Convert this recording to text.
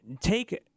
take